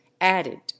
added